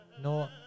No